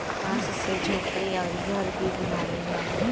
बांस से झोपड़ी अउरी घर भी बनावल जाला